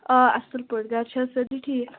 آ اَصٕل پٲٹھۍ گرِ چھِ حظ سٲری ٹھیٖک